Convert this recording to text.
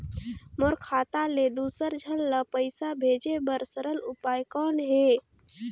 मोर खाता ले दुसर झन ल पईसा भेजे बर सरल उपाय कौन हे?